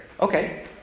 Okay